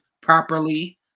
properly